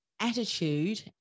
attitude